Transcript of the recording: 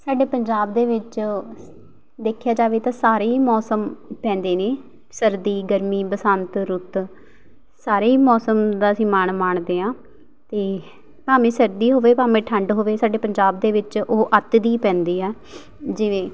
ਸਾਡੇ ਪੰਜਾਬ ਦੇ ਵਿੱਚ ਦੇਖਿਆ ਜਾਵੇ ਤਾਂ ਸਾਰੇ ਹੀ ਮੌਸਮ ਪੈਂਦੇ ਨੇ ਸਰਦੀ ਗਰਮੀ ਬਸੰਤ ਰੁੱਤ ਸਾਰੇ ਹੀ ਮੌਸਮ ਦਾ ਅਸੀਂ ਮਾਣ ਮਾਣਦੇ ਹਾਂ ਅਤੇ ਭਾਵੇਂ ਸਰਦੀ ਹੋਵੇ ਭਾਵੇਂ ਠੰਡ ਹੋਵੇ ਸਾਡੇ ਪੰਜਾਬ ਦੇ ਵਿੱਚ ਉਹ ਅੱਤ ਦੀ ਪੈਂਦੀ ਆ ਜਿਵੇਂ